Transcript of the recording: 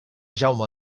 jaume